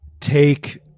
take